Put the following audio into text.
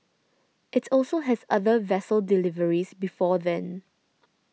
it also has other vessel deliveries before then